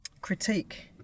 critique